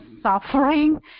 suffering